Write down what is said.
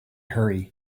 hurry